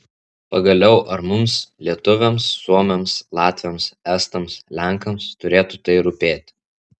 pagaliau ar mums lietuviams suomiams latviams estams lenkams turėtų tai rūpėti